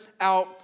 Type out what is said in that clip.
out